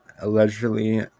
allegedly